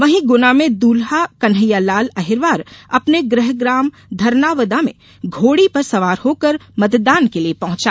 वहीं गुना में दूल्हा कन्हैयालाल अहिरवार अपने गृह ग्राम धरनावदा में घोड़ी पर सवार होकर मतदान के लिए पहुंचा